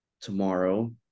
tomorrow